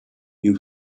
you